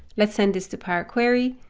let's send this to power query,